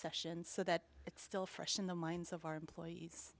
session so that it's still fresh in the minds of our employees